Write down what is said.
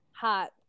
Hot